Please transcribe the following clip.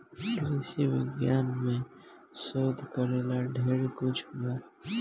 कृषि विज्ञान में शोध करेला ढेर कुछ बा